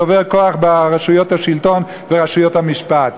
והוא צובר כוח ברשויות השלטון וברשויות המשפט.